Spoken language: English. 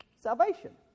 Salvation